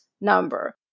number